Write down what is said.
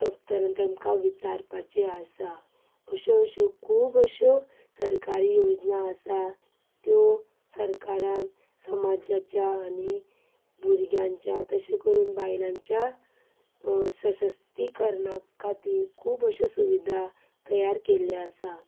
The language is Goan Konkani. दफ्तरान तेमकां विचारपाचें आसा अशो अशो खूब अशो सरकारी योजना आसात त्यो सरकारान समाजाच्या आनी भुरग्यांच्या तशें करून बायलांच्या सशक्तीकरणा खातीर खूब अशो सुविधा तयार केल्ल्यो आसात